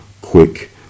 quick